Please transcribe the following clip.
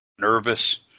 nervous